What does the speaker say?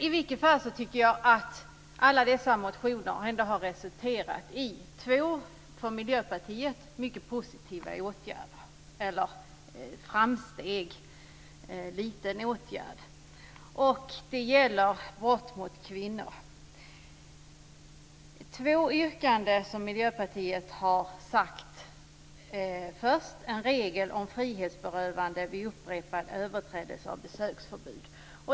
I vilket fall som helst tycker jag att alla dessa motioner har resulterat i två för Miljöpartiet mycket positiva framsteg, och det gäller brott mot kvinnor. Ett yrkande som Miljöpartiet har gäller en regel för frihetsberövande vid upprepad överträdelse av besöksförbud.